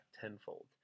tenfold